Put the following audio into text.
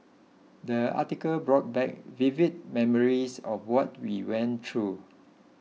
the article brought back vivid memories of what we went through